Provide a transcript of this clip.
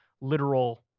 literal